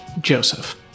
Joseph